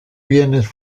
bienes